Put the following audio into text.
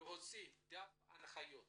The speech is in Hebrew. להוציא דף הנחיות